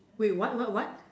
wait what what what